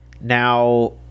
now